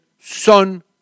Son